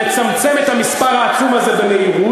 לצמצם את המספר הזה במהירות,